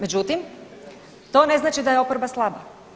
Međutim, to ne znači da je oporba slaba.